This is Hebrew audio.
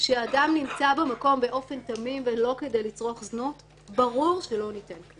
שאדם נמצא במקום באופן תמים ולא כדי לצרוך זנות ברור שלא ניתן קנס.